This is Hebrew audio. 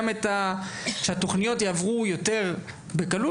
וגם שהתוכניות יעברו יותר בקלות.